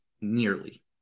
nearly